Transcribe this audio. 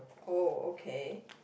oh okay